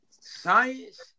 science